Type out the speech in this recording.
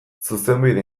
zuzenbide